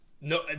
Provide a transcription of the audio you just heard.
no